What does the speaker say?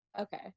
okay